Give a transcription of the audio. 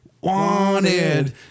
Wanted